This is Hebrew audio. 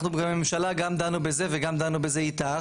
אנחנו בממשלה גם דנו בזה, וגם דנו בזה איתך.